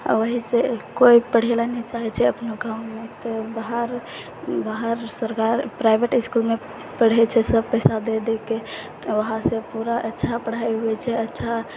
ओहिसँ कोइ पढ़ैलए नहि चाहै छै अपना गाँवमे तऽ भारत भारत सरकार प्राइवेट इसकुलमे पढ़ै छै सब पैसा दऽ दऽ के तऽ वहाँसँ पूरा अच्छा पढ़ाइ होइ छै अच्छा